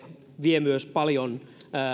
vie myös